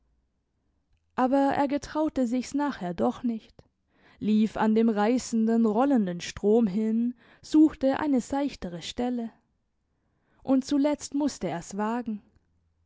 aber er getraute sich's nachher doch nicht lief an dem reissenden rollenden strom hin suchte eine seichtere stelle und zuletzt musste er's wagen